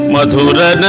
Madhura